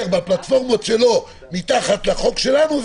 בפלטפורמות שלו מתחת לחוק שלנו,